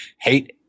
hate